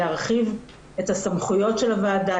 להרחיב את הסמכויות של הוועדה,